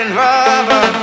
rubber